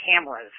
cameras